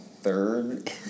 Third